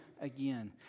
again